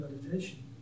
meditation